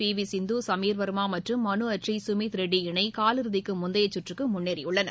P V Sindhu Sameer வர்மாமற்றும் Manu Attri Sumit Reddy இணைகாலிறுதிக்குமுந்தையசுற்றுக்குமுன்னேறியுள்ளது